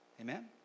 Amen